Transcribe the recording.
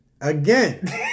again